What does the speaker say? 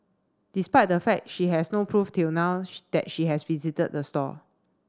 despite the fact she has no proof till now that she has visited the store